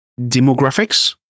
demographics